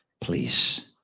Please